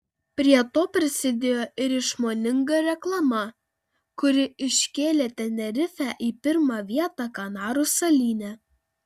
prie to prisidėjo ir išmoninga reklama kuri iškėlė tenerifę į pirmą vietą kanarų salyne